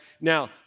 Now